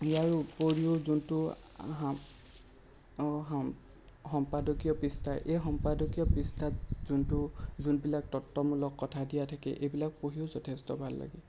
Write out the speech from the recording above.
ইয়াৰ উপৰিও যোনটো সম্পাদকীয় পৃষ্ঠা এই সম্পাদকীয় পৃষ্ঠাত যোনটো যোনবিলাক তত্ত্বমূলক কথা দিয়া থাকে এইবিলাক পঢ়িও যথেষ্ট ভাল লাগে